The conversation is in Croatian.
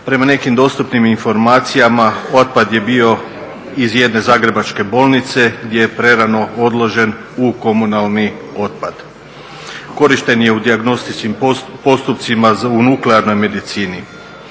Prema nekim dostupnim informacijama otpad je bio iz jedne zagrebačke bolnice gdje je prerano odložen u komunalni otpad. Korišten je u dijagnostici, postupcima u nuklearnoj medicini.